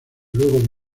luego